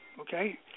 okay